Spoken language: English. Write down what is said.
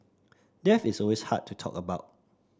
death is always hard to talk about